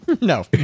No